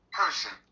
person